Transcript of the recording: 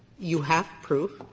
you have proof,